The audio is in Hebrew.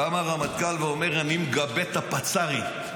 קם הרמטכ"ל ואומר: אני מגבה את הפצ"רית.